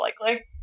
likely